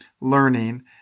learning